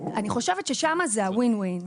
אני חושבת ששם זה ה-win-win.